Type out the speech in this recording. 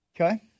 Okay